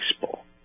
baseball